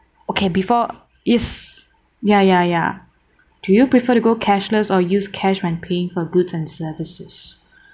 okay before yes yeah ya ya do you prefer to go cashless or use cash when paying for goods and services